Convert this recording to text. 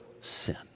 sin